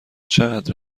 چقدر